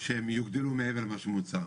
שהם יוגדלו מעבר למה שמוצע.